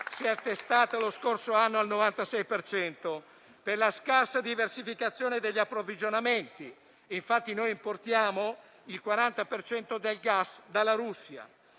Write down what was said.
si è attestata lo scorso anno al 96 per cento, per la scarsa diversificazione degli approvvigionamenti. Infatti, importiamo il 40 per cento del gas dalla Russia.